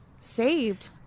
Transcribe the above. saved